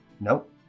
Nope